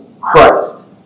Christ